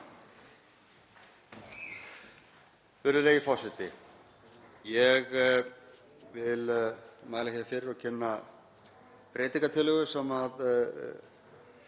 Virðulegi forseti. Ég vil mæla hér fyrir og kynna breytingartillögu sem ég